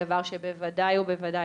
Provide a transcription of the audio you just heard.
דבר שבוודאי ובוודאי